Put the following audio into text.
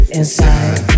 inside